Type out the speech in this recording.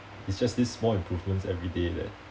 it's just this small improvements every day that